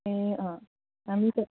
ए अँ हामी त